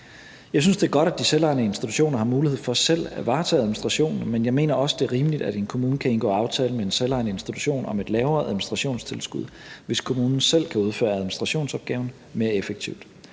Jeg synes, det er godt, at de selvejende institutioner har mulighed for selv at varetage administrationen, men jeg mener også, det er rimeligt, at en kommune kan indgå aftale med en selvejende institution om et lavere administrationstilskud, hvis kommunen selv kan udføre administrationsopgaven mere effektivt.